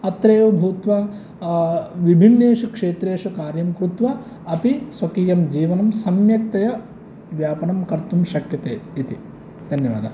अत्रैव भूत्वा विभिन्नेषु क्षेत्रेषु कार्यं कृत्वा अपि स्वकीयं जीवनं सम्यक्तया व्यापनं कर्तुं शक्यते इति धन्यवादाः